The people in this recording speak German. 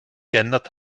geändert